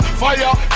fire